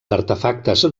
artefactes